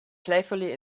playfully